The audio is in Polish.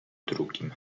drugim